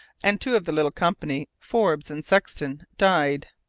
and two of the little company, forbes and sexton, died.